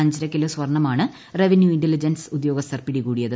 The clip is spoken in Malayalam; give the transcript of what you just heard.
അഞ്ചരക്കിലോ സ്വർണമാണ് റവന്യൂ ഇന്റലിജന്ഡസ് ഉദ്യോഗസ്ഥർ പിടികൂടിയത്